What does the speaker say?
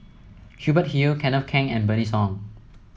Hubert Hill Kenneth Keng and Bernice Ong